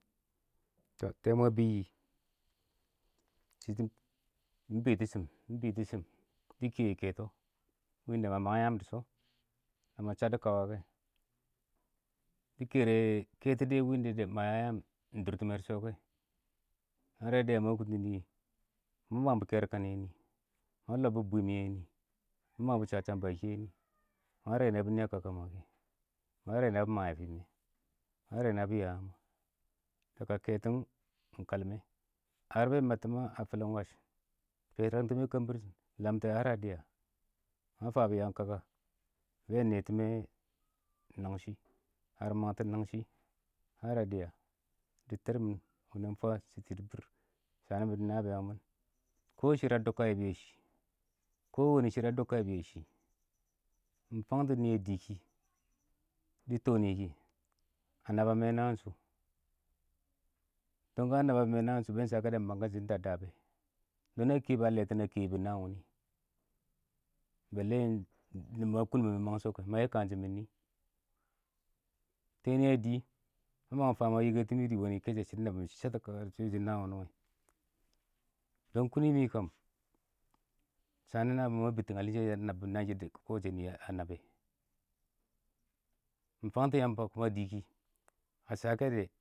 ﻿tɛɛ mwɛ a bɪb yɪ, mɪ bɪ tɪshɪm, mɪ bɪ tɪshɪm dɪ kɛ yɪ kɛtɔ, wɪ ɪng da ma mang yaam dɪ shɔ, ma chabdɔ kawa kɛ, dɪ kɛrɛ yɪ kɛtɔ wɪ ɪng da ma ya yaam ɪng dʊrtɪmɛ dɪ shɔ kɛ, mɛr dɪ ya ma kʊntɪn nɪ,ma mangbɔ kɛrkan yɛ nɪ, ma lɔbbɔ bwɪɪm yɛ nɪ, ma mang bɔ yɛ nɪ, ma bɔ nɪ kaka ma, ma mɛ, ma bɔ nɪ a kaka ma, kalmɛ, ngar bɛ ɪng matɪm ma a fɪlɪn wash. fɛrangtɪmɛ kəmbir shɪn, lamtɛ ngar dɪ dɪya ma fabʊ yaam kaka, bɛɛ nɛtɪmɛ, nangshɪ ngara dɪya dɪ tɛɛr mɪn wanɛn fwaad shɪtɪn yɪ yɪdɪbɪr shanɪ mɪ dɪ nabɪyan mɪn, kɔ shɪrr a dʊb bɔ tɪbɪr nɪyɛ yɛ shɪ,kɔ wɛ nɪ shɪrr a dʊbka yɛ shɪ, mɪ fangtɔ, nɪ a dii kɪ dɪ tɔ nɪ kɪ, a nabamɛ naan shʊ, dɔn ka naba mɛ bʊ naan shʊ kɔ, bɛɛ ɪng sha kɛ dɪ mang dɛ shɪdɔn da a da bɛ a lɛtɪn a kɛyɪ bʊ naan wʊnɪ mɪ ma kʊn mɪ mang shɔ kɛ, ma yɛ kaanshɪn mɪn. Tɛɛ nɪyɛ wɪ a dɪɪ, ma mang fang a yɪkɛ tɪ mɪ dɪ wɛ nɪ kɛshɛ shʊdɔn da mɪ shaktɔ kaka naan wʊnɪ wɛ, kʊnɪ mɪ kam, shanɪ nabɪyang ma bɪbtɪn shɪyɛ naan wɪ bɪ dəb kɔ wɛ shɛ nɪ a nab bɛ, mɪ fangtɔ Yamba kuma di kɪ a saka dɛ.